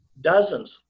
dozens